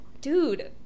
dude